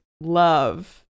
love